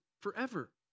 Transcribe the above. forever